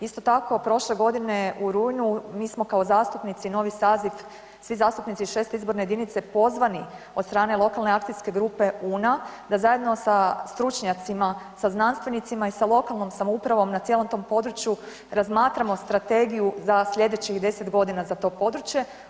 Isto tako prošle godine u rujnu mi smo kao zastupnici novi saziv, svi zastupnici 6. izborne jedinice pozvani od strane lokalne akcijske grupe Una da zajedno sa stručnjacima, sa znanstvenicima i sa lokalnom samoupravom na cijelom tom području razmatramo strategiju za slijedećih 10 godina za to područje.